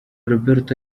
roberto